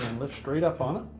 lift straight up on